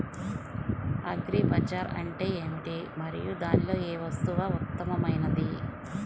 Agri bazaar అంటే ఏమిటి మరియు దానిలో ఏ వస్తువు ఉత్తమమైనది?